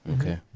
okay